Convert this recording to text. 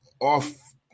off